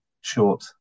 short